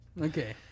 Okay